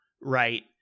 right